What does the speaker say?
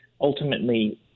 ultimately